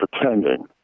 pretending